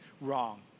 wrong